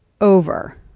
over